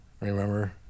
Remember